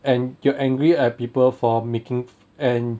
and you're angry at people for making and